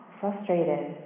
frustrated